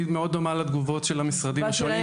מאוד דומה לתגובות של המשרדים השונים,